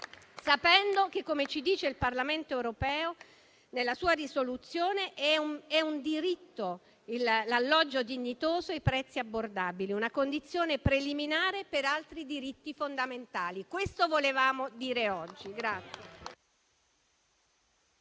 sapendo che, come ci dice il Parlamento europeo nella sua risoluzione, quello a un alloggio dignitoso e a prezzi abbordabili è un diritto, una condizione preliminare per altri diritti fondamentali: questo volevamo dire oggi.